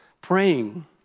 praying